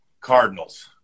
Cardinals